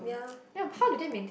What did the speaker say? yeah